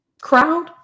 crowd